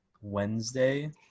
Wednesday